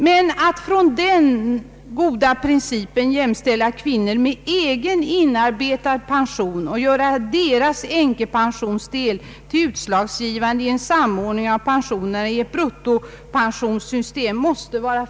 Det måste vara felaktigt att när det gäller kvinnor med egen inarbetad pension — med denna goda princip som utgångspunkt — anse deras änkepensionsdel vara utslagsgivande vid en samordning i ett bruttopensionssystem.